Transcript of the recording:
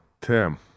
Tim